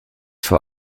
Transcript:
vor